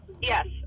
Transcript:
Yes